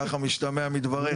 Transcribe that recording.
ככה משתמע מדבריך.